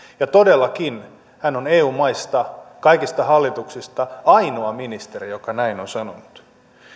ja todellakin hän on eu maista kaikista hallituksista ainoa ministeri joka näin on sanonut